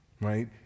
right